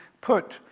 put